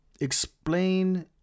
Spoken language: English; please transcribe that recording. explain